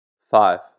Five